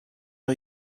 are